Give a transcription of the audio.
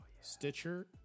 Stitcher